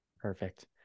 Perfect